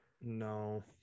No